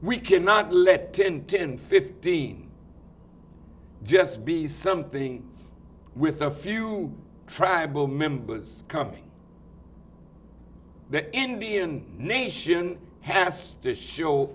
we cannot let tintin fifteen just be something with a few tribal members coming that indian nation has to show